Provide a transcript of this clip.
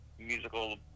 musical